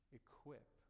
equip